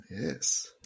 Yes